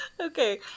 Okay